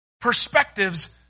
perspectives